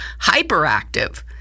hyperactive